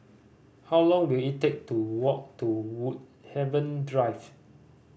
how long will it take to walk to Woodhaven Drive